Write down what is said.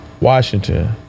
Washington